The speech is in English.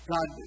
God